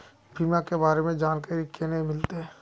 बीमा के बारे में जानकारी केना मिलते?